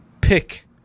pick